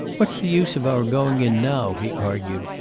what's the use of our going in now? he argued.